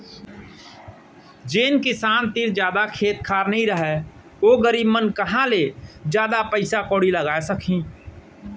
जेन किसान तीर जादा खेत खार नइ रहय ओ गरीब मन कहॉं ले जादा पइसा कउड़ी लगाय सकहीं